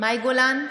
מאי גולן,